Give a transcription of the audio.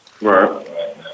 Right